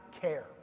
care